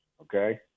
Okay